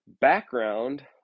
background